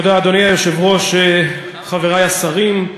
אדוני היושב-ראש, תודה, חברי השרים,